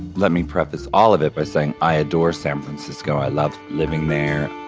let me preface all of it by saying i adore san francisco, i loved living there.